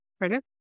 Right